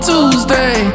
Tuesday